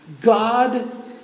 God